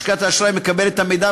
לשכת האשראי מקבלת את המידע,